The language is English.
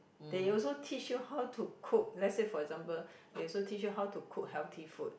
they also teach you how to cook let's say for example they also teach you how to cook healthy food